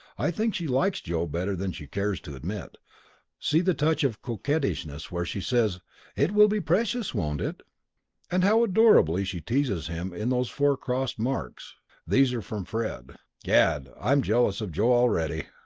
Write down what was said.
i think she likes joe better than she cares to admit see the touch of coquettishness where she says it will be precious, won't it and how adorably she teases him in those four crosses marked these are from fred gad, i'm jealous of joe already!